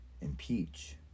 impeach